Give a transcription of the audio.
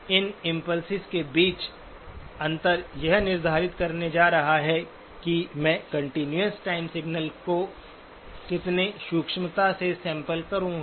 इन impulses के बीच अंतर यह निर्धारित करने जा रहा है कि मैं कंटीन्यूअस टाइम सिग्नल को कितने सूक्ष्मता से सैंपल करूँगा